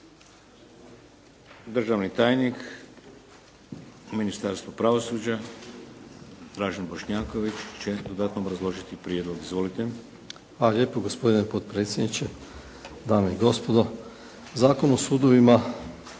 Državni tajnik u Ministarstvu pravosuđa, Dražen Bošnjaković će dodatno obrazložiti prijedlog. Izvolite.